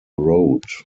road